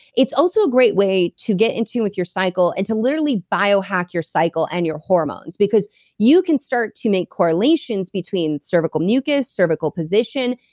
it's also a great way to get in tune with your cycle, and to literally biohack your cycle and your hormones. because you can start to make correlations between cervical mucus cervical position,